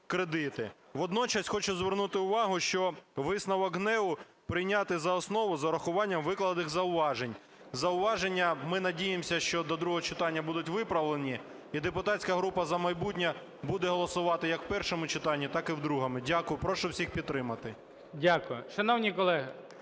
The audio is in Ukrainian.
Водночас хочу звернути увагу, що висновок ГНЕУ - прийняти за основу з урахуванням викладених зауважень. Зауваження, ми надеемся, що до другого читання будуть виправлені. І депутатська група "За майбутнє" буде голосувати як в першому читанні, так і в другому. Дякую. Прошу всіх підтримати. ГОЛОВУЮЧИЙ. Дякую. Шановні колеги,